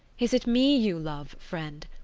is it me you love, friend?